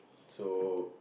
so